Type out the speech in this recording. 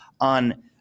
on